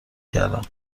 کردم